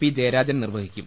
P Jayarajan നിർവഹിക്കും